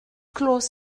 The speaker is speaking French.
clos